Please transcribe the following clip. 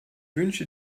wünsche